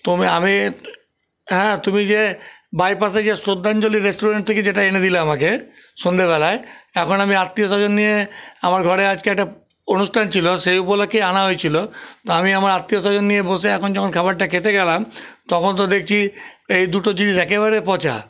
তুমি আমি হ্যাঁ তুমি যে বাইপাসে যে শ্রদ্ধাঞ্জলি রেস্টুরেন্ট থেকে যেটা এনে দিলে আমাকে সন্ধ্যেবেলায় এখন আমি আত্মীয়স্বজন নিয়ে আমার ঘরে আজকে একটা অনুষ্ঠান ছিল সেই উপলক্ষ্যেই আনা হয়েছিলো তো আমি আমার আত্মীয়স্বজন নিয়ে বসে এখন যখন খাবারটা খেতে গেলাম তখন তো দেখছি এই দুটো জিনিস একেবারে পচা